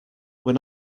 when